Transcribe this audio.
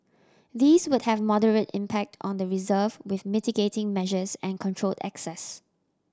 these would have moderate impact on the reserve with mitigating measures and controlled access